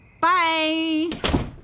Bye